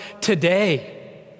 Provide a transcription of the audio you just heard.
today